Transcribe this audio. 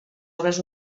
obres